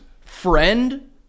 friend